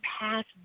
past